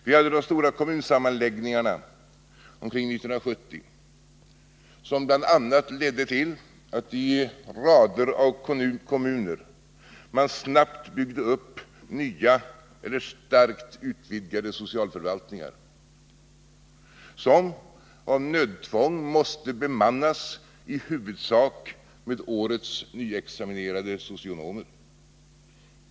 Vi hade de stora kommunsammanläggningarna omkring 1970, som bl.a. ledde till att man i rader av kommuner snabbt byggde upp nya eller starkt utvidgade socialförvaltningar, som av nödtvång måste bemannas med i huvudsak årets nyexaminerade socionomer.